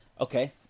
Okay